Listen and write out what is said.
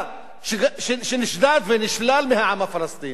שנשדד ונשלל מהעם הפלסטיני.